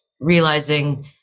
realizing